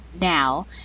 now